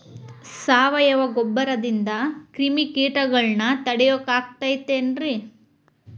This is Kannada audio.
ಸಾವಯವ ಗೊಬ್ಬರದಿಂದ ಕ್ರಿಮಿಕೇಟಗೊಳ್ನ ತಡಿಯಾಕ ಆಕ್ಕೆತಿ ರೇ?